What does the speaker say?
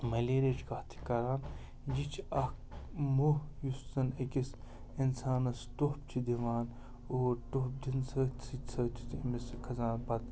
مَلیریاہِچ کَتھ تہِ کَران یہِ چھِ اَکھ موٚہ یُس زَنہٕ أکِس اِنسانَس ٹوٚپھ چھِ دِوان اور ٹوٚپھ دِنہٕ سۭتۍ سۭتۍ سۭتۍ چھُ تٔمِس کَھَسان پَتہٕ